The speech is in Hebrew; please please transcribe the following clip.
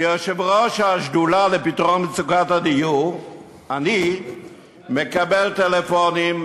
כיושב-ראש השדולה לפתרון מצוקת הדיור אני מקבל טלפונים,